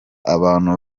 abantu